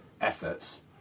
efforts